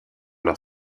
leur